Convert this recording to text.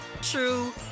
true